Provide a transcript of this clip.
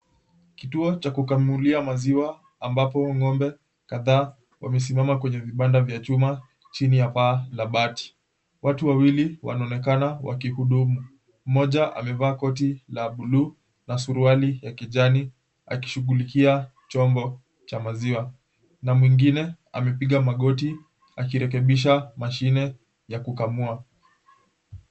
Kituo cha kukamulia maziwa ambapo ng'ombe kadhaa wamesimama kwenye vibanda vya chuma chini ya paa la bati. Watu wawili wanaonekana wakihudumu. Mmoja amevaa koti la buluu na suruali ya kijani akishughulikia chombo cha maziwa na mwingine amepiga magoti akirekebisha mashine ya kukamua.